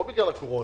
לא בגלל הקורונה,